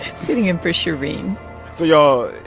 sitting in for shereen so, y'all,